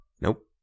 Nope